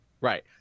Right